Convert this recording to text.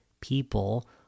people